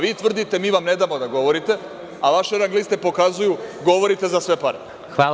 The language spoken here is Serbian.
Vi tvrdite da vam mi ne damo da govorite, a vaše rang liste pokazuju govorite za sve pare.